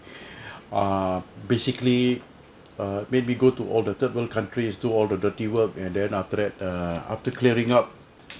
uh basically err made me go to all the third world countries do all the dirty work and then after that err after clearing up